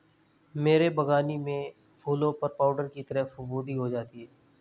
मेरे बगानी में फूलों पर पाउडर की तरह फुफुदी हो गया हैं